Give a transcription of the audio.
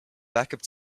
backup